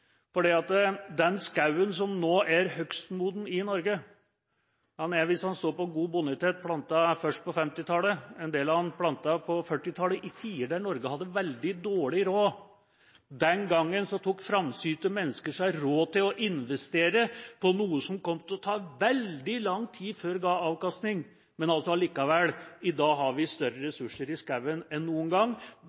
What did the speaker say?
til næringspolitikk. For den skogen som nå er hogstmoden i Norge, er – hvis den står på god bonitet – plantet først på 1950-tallet, og en del av den er plantet på 1940-tallet, i tider da Norge hadde veldig dårlig råd. Den gangen tok framsynte mennesker seg råd til å investere i noe som kom til å ta veldig lang tid før det ga avkastning, og i dag har vi større ressurser i skogen enn noen gang,